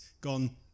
gone